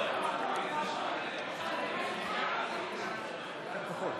התשפ"א 2021, לוועדה שתקבע הוועדה המסדרת נתקבלה.